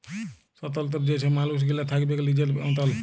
স্বতলত্র যে ছব মালুস গিলা থ্যাকবেক লিজের মতল